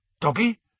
Dobby